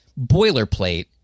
boilerplate